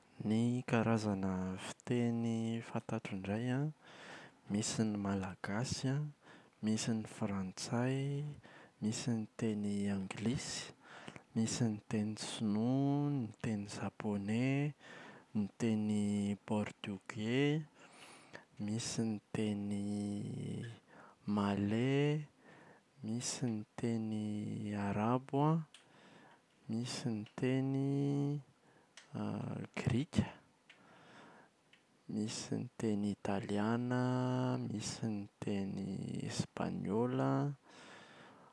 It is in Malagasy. Ny karazana fiteny fantatro indray an: Misy ny Malagasy an, misy ny Frantsay, misy ny teny Anglisy, misy ny teny Sinoa, ny teny Japone, ny tena Portioge, misy ny teny Malay, misy ny teny Arabo an, misy ny teny Grika, misy ny teny Italiana, misy ny teny Espaniola.